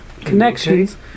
connections